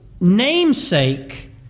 namesake